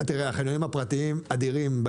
תראה, החניונים הפרטיים הם אדירים.